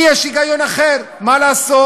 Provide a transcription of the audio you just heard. יש לי היגיון אחר, מה לעשות.